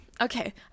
okay